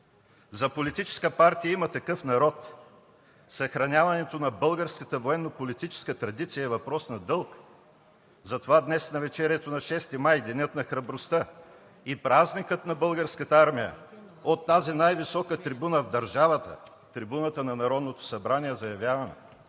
За политическа партия „Има такъв народ“ съхраняването на българската военнополитическа традиция е въпрос на дълг, затова днес, в навечерието на 6 май – Денят на храбростта и празникът на Българската армия, от тази най-висока трибуна в държавата, трибуната на Народното събрание заявявам